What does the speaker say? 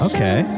Okay